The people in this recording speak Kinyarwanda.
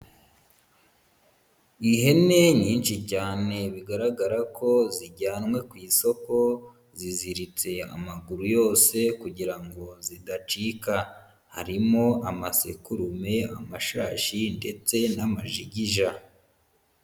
Ihene nyinshi cyane bigaragara ko zijyanwe ku isoko, ziziritse amaguru yose kugira ngo zidacika, harimo amasekurume, amashashi ndetse n'amajigija.